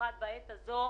במיוחד בעת הזו,